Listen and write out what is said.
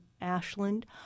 Ashland